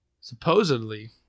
Supposedly